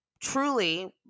truly